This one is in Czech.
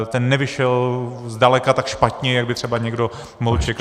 Ten nevyšel zdaleka tak špatně, jak by třeba někdo mohl čekat.